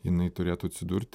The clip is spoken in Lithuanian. jinai turėtų atsidurti